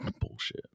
Bullshit